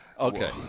Okay